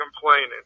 complaining